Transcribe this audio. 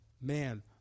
Man